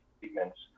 treatments